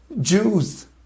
Jews